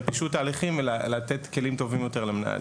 על פישוט ההליכים ולתת כלים טובים יותר למנהלים.